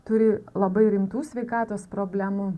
turi labai rimtų sveikatos problemų